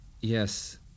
Yes